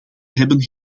hebben